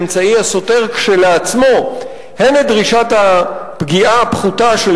באמצעי הסותר כשלעצמו הן את דרישת הפגיעה הפחותה של